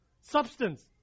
substance